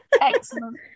excellent